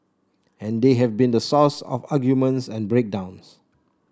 and they have been the source of arguments and break downs